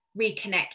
reconnect